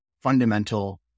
fundamental